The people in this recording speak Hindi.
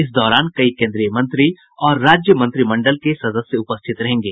इस दौरान कई केन्द्रीय मंत्री और राज्य मंत्रिमंडल के सदस्य उपस्थित रहेंगे